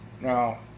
Now